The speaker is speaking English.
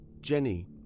Jenny